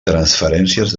transferències